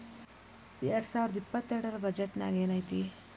ಎರ್ಡ್ಸಾವರ್ದಾ ಇಪ್ಪತ್ತೆರ್ಡ್ ರ್ ಬಜೆಟ್ ನ್ಯಾಗ್ ಏನೈತಿ?